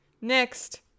Next